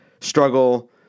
struggle